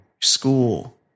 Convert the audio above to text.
school